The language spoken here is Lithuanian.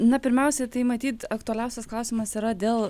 na pirmiausia tai matyt aktualiausias klausimas yra dėl